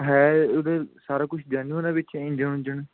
ਹੈ ਉਹਦੇ ਸਾਰਾ ਕੁਛ ਜੈਨੂਅਨ ਹੈ ਵਿੱਚ ਇੰਜਣ ਉਂਜਣ